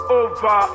over